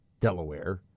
Delaware